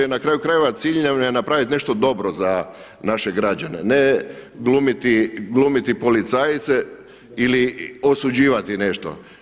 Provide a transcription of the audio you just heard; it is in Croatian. Na kraju krajeva cilj nam je napraviti nešto dobro za naše građane, ne glumiti policajce ili osuđivati nešto.